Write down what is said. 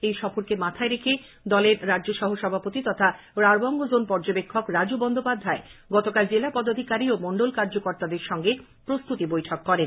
এই সফরকে মাথায় রেখে দলের রাজ্য সহ সভাপতি তথা রাঢ়বঙ্গ জোন পর্যবেক্ষক রাজু বন্দ্যোপাধ্যায় গতকাল জেলা পদাধিকারী ও মন্ডল কার্যকর্তাদের সঙ্গে প্রস্তুতি বৈঠকে করেন